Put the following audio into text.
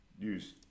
use